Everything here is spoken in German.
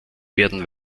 werden